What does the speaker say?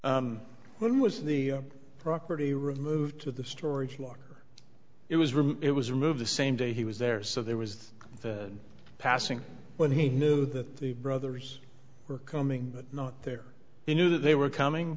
when was the property removed to the storage locker it was removed it was removed the same day he was there so there was passing when he knew that the brothers were coming but not there he knew that they were coming